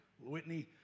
Whitney